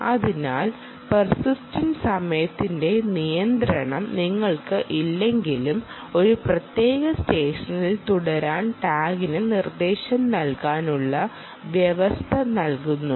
അതിനാൽ പെർസിസ്റ്റൻ്റ് സമയത്തിന്റെ നിയന്ത്രണം നിങ്ങൾക്ക് ഇല്ലെങ്കിലും ഒരു പ്രത്യേക സ്റ്റെഷനിൽ തുടരാൻ ടാഗിന് നിർദ്ദേശം നൽകാനുള്ള വ്യവസ്ഥ നിങ്ങൾക്കുണ്ട്